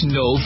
no